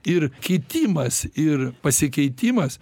ir kitimas ir pasikeitimas